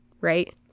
right